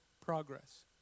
progress